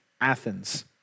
Athens